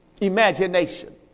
imagination